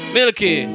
Milky